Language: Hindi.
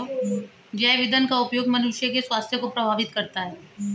जैव ईंधन का उपयोग मनुष्य के स्वास्थ्य को प्रभावित करता है